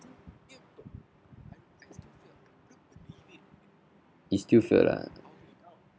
you still failed ah